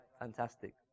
fantastic